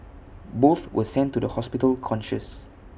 both were sent to the hospital conscious